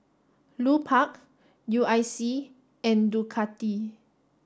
Lupark U I C and Ducati